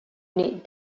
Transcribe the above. unit